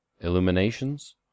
illuminations